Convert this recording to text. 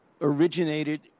originated